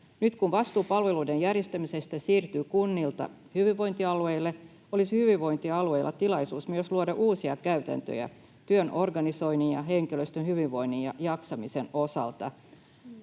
Nyt kun vastuu palveluiden järjestämisestä siirtyy kunnilta hyvinvointialueille, olisi hyvinvointialueilla tilaisuus myös luoda uusia käytäntöjä työn organisoinnin ja henkilöstön hyvinvoinnin ja jaksamisen osalta.